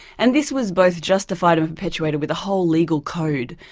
and this was both justified and perpetuated with a whole legal code.